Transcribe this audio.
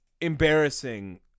embarrassing